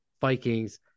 Vikings